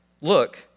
look